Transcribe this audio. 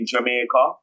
Jamaica